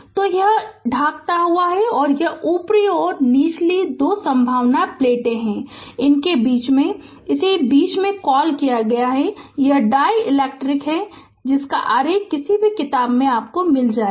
तो यह ढांकता हुआ है और यह ऊपरी और निचली दो संवाहक प्लेटें हैं और इसके बीच में -इसे बीच में कॉल किया गया यह है डाईइलेक्ट्रिक जिसका आरेख किसी भी किताब में मिल जायेगा